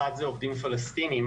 אחת זה עובדים פלשתינים,